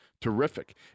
terrific